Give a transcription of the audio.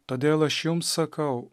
todėl aš jums sakau